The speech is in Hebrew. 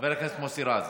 חבר הכנסת מוסי רז,